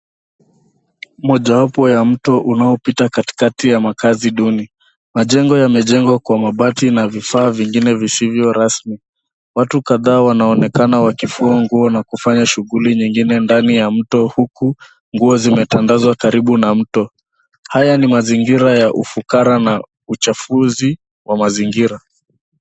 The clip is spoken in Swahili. Mojawapo ya mto unaopita katikati ya makazi duni. Majengo yamejengwa kwa mabati na vifaa vingine visivyo rasmi. Watu kadhaa wanaonekana wakifua nguo na kufanya shughuli nyingine ndani ya mto, huku nguo zimetandazwa karibu na mto. Haya ni mazingira ya ufukara na uchafuzi wa mazingira.